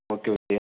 okay okay